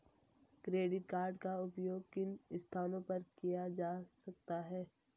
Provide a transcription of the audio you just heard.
Credit card का उपयोग किन स्थानों पर किया जा सकता है?